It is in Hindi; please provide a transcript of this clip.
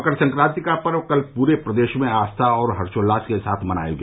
मकर संक्रांति का पर्व कल पूरे प्रदेश में आस्था और हर्षोल्लास के साथ मनाया गया